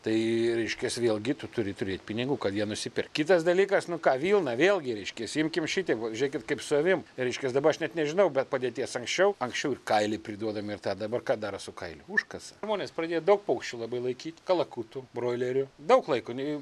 tai reiškias vėlgi tu turi turėt pinigų kad ją nusipirkt kitas dalykas nu ką vilna vėlgi reiškias imkim šitaip va žiūrėkit kaip su avim reiškias daba aš net nežinau bet padėties anksčiau anksčiau kailį priduodam ir tą dabar ką daro su kailiu užkasa žmonės pradėjo daug paukščių labai laikyt kalakutų broilerių daug laiko ne